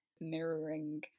mirroring